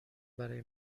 برای